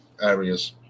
areas